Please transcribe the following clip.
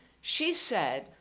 she said,